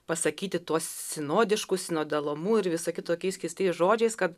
pasakyti tuo sinodišku sinodalumu ir visa kitokiais keistais žodžiais kad